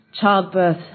childbirth